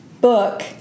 book